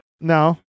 No